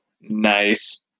Nice